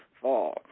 fall